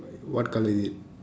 what colour is it